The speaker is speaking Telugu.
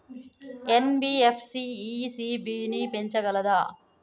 ఎన్.బి.ఎఫ్.సి ఇ.సి.బి ని పెంచగలదా?